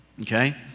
Okay